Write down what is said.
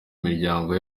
miryango